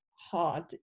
hard